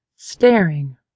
Staring